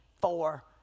four